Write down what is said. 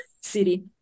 city